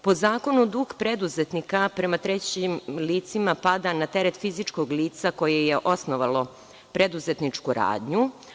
Po zakonu, dug preduzetnika prema trećim licima pada na teret fizičkog lica koje je osnovalo preduzetničku radnju.